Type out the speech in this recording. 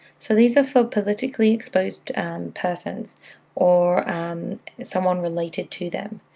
so these are for politically exposed persons or someone related to them.